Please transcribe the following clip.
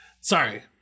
Sorry